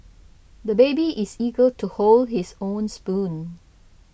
the baby is eager to hold his own spoon